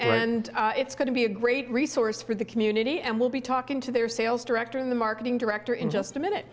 and it's going to be a great resource for the community and we'll be talking to their sales director in the marketing director in just a minute